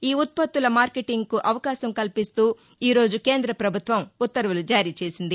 ఈ ఉత్పత్తుల మార్కెటింగ్కు అవకాశం కల్పిస్తూ ఈరోజు కేంద్రపభుత్వం ఉత్తర్వులు జారీ చేసింది